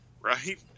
right